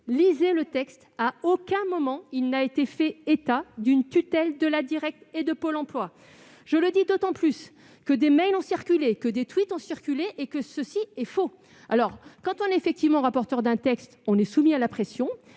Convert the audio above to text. lisez le texte ! À aucun moment, il n'a été fait état d'une tutelle de la Direccte et de Pôle emploi. Je le dis d'autant plus que des mails et des tweets ont circulé, alors que c'est faux. Quand on est rapporteur d'un texte, on est soumis à la pression,